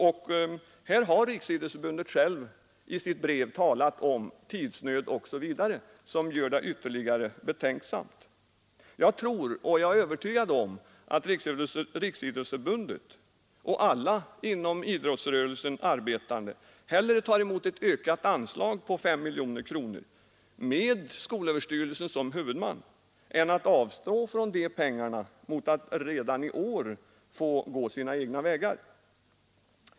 Och här har Riksidrottsförbundet i sitt brev talat om tidsnöd, vilket gör att jag blir ännu mer betänksam. Jag är övertygad om att Riksidrottsförbundet och alla inom idrottsrörelsen arbetande hellre tar emot ett med 5 miljoner kronor ökat anslag med skolöverstyrelsen som huvudman, än att man avstår från de pengarna mot att redan i år få gå sina egna vägar.